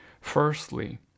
Firstly